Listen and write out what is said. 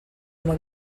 uma